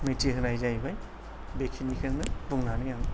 मिथिहोनाय जाहैबाय बेखिनिखौनो बुंनानै आं